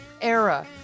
era